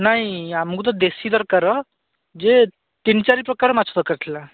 ନାଇ ଆମକୁ ତ ଦେଶୀ ଦରକାର ଯେ ତିନି ଚାରି ପ୍ରକାର ମାଛ ଦରକାର ଥିଲା